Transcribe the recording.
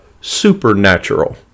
supernatural